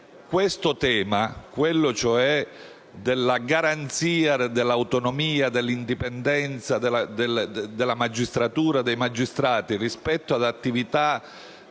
questo tema, quello cioè della garanzia dell'autonomia e dell'indipendenza della magistratura e dei magistrati rispetto ad attività